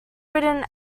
written